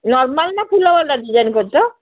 normal ନା ଫୁଲ ବାଲା ଡିଜାଇନ୍ କରୁଛ